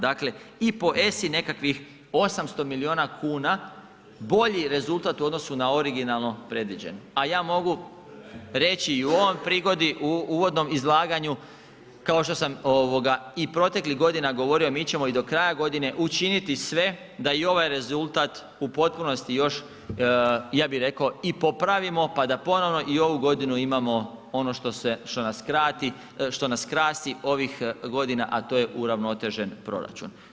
Dakle, i po ESI nekakvih 800 miliona kuna bolji rezultat u odnosu na originalno predviđen, a ja mogu reći i u ovoj prigodi u uvodnom izlaganju kao što sam ovoga i proteklih godina govorio mi ćemo i do kraja godine učiniti sve da i ovaj rezultat u potpunosti još ja bi rekao i popravimo, pa da ponovno i ovu godinu imamo ono što se, što nas krati, što nas krasti ovih godina, a to je uravnotežen proračun.